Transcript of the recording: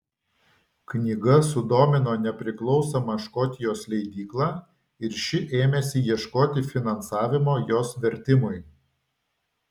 knyga sudomino nepriklausomą škotijos leidyklą ir ši ėmėsi ieškoti finansavimo jos vertimui